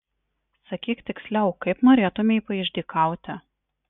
sakyk tiksliau kaip norėtumei paišdykauti